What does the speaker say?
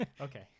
okay